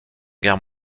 guerre